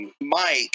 Mike